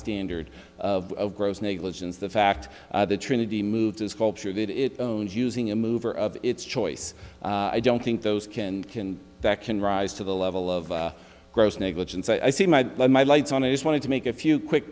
standard of gross negligence the fact the trinity moves as culture that it is using a mover of its choice i don't think those can can that can rise to the level of gross negligence i see my my lights on it just wanted to make a few quick